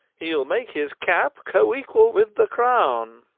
hee'l make his cap coequall with the crowne